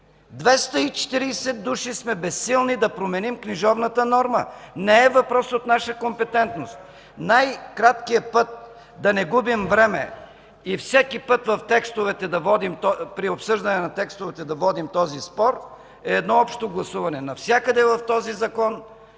души сме безсилни да променим книжовната норма – не е въпрос от наша компетентност. Най-краткият път, да не губим време и всеки път при обсъждане на текстовете да водим този спор, е едно общо гласуване – навсякъде в този Закон